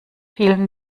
vielen